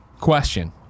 question